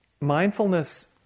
Mindfulness